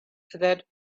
that